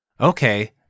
Okay